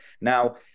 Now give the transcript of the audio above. Now